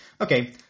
Okay